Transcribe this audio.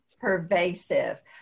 pervasive